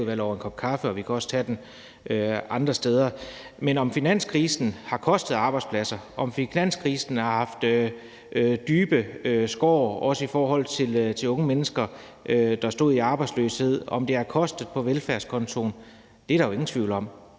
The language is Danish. og over en kop kaffe, og vi kan også tage den andre steder. Men om finanskrisen har kostet arbejdspladser, om finanskrisen har slået dybe skår, også i forhold til unge mennesker, der stod i arbejdsløshed, og om den har kostet på velfærdskontoen, er der jo ingen tvivl om.